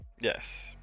Yes